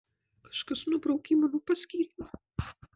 kažkas nubraukė mano paskyrimą